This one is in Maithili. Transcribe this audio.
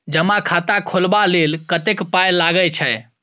जमा खाता खोलबा लेल कतेक पाय लागय छै